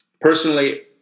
Personally